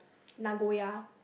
Nagoya